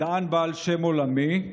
מדען בעל שם עולמי,